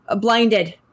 blinded